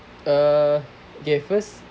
err okay first